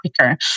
quicker